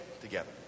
together